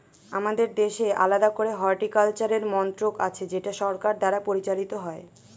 আমাদের দেশে আলাদা করে হর্টিকালচারের মন্ত্রক আছে যেটা সরকার দ্বারা পরিচালিত হয়